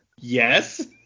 Yes